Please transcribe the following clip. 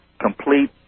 complete